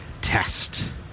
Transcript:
Test